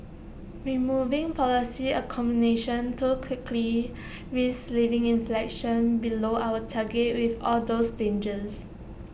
removing policy accommodation too quickly risks leaving inflation below our target with all those dangers